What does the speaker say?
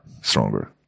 stronger